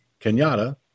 Kenyatta